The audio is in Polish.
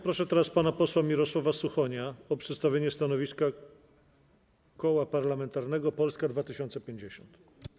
Proszę teraz pana posła Mirosława Suchonia o przedstawienie stanowiska Koła Parlamentarnego Polska 2050.